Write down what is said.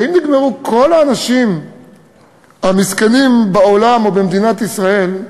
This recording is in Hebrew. האם נגמרו כל האנשים המסכנים בעולם או במדינת ישראל,